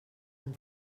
amb